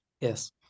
yes